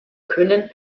können